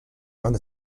mains